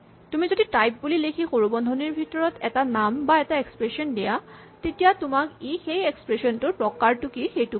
তুমি যদি টাইপ বুলি লিখি সৰু বন্ধনীৰ ভিতৰত এটা নাম বা এটা এক্সপ্ৰেচন দিয়া তেতিয়া তোমাক ই সেই এক্সপ্ৰেচন টোৰ প্ৰকাৰটো কি সেইটো ক'ব